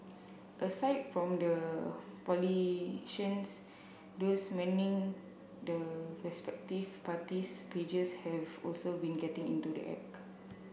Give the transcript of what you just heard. aside from the politicians those manning the respective parties pages have also been getting into the act